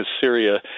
Syria